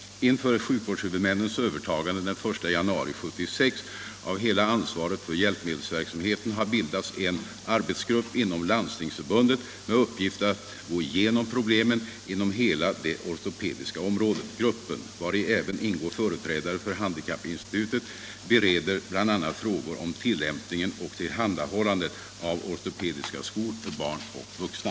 Inför sjukvårdshuvudmännens övertagande den 1 januari 1976 av hela ansvaret för hjälpmedelsverksamheten har bildats en arbetsgrupp inom Landstingsförbundet med uppgift att gå igenom problemen inom hela det ortopediska området. Gruppen, vari även ingår företrädare för handikappinstitutet, bereder bl.a. frågor om tillverkning och tillhandahållande av ortopediska skor för barn och vuxna.